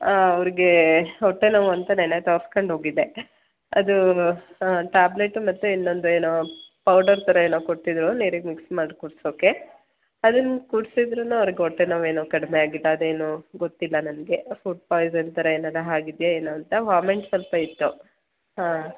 ಹಾಂ ಅವ್ರಿಗೆ ಹೊಟ್ಟೆನೋವು ಅಂತ ನೆನ್ನೆ ತೋರಿಸ್ಕೊಂಡು ಹೋಗಿದ್ದೆ ಅದು ಟ್ಯಾಬ್ಲೆಟು ಮತ್ತು ಇನ್ನೊಂದು ಏನೋ ಪೌಡರ್ ಥರ ಏನೋ ಕೊಟ್ಟಿದ್ದರು ನೀರಿಗೆ ಮಿಕ್ಸ್ ಮಾಡಿ ಕುಡಿಸೋಕೆ ಅದನ್ನು ಕುಡ್ಸಿದ್ರೂ ಅವ್ರಿಗೆ ಹೊಟ್ಟೆನೋವು ಏನು ಕಡಿಮೆ ಆಗಿಲ್ಲ ಅದೇನೋ ಗೊತ್ತಿಲ್ಲ ನನಗೆ ಫುಡ್ ಪಾಯ್ಸನ್ ಥರ ಏನಾರೂ ಆಗಿದ್ಯ ಏನು ಅಂತ ವಾಮಿಂಟ್ ಸ್ವಲ್ಪ ಇತ್ತು ಹಾಂ